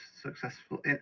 successful